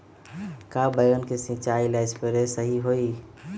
का बैगन के सिचाई ला सप्रे सही होई?